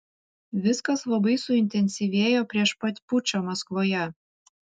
viskas labai suintensyvėjo prieš pat pučą maskvoje